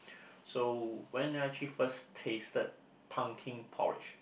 so when I actually first tasted pumpkin porridge